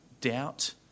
doubt